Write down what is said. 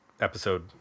episode